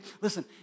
listen